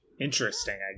interesting